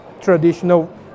traditional